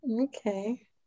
Okay